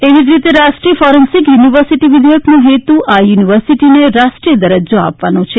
એવી જ રીતે રાષ્ટ્રીય ફોરેન્સીક યુનિવર્સિટી વિધેયકનો હેતુ આ યુનિવર્સિટીને રાષ્ટ્રીય દરજ્જો આપવાનો છે